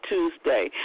Tuesday